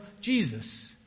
Jesus